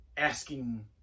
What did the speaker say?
asking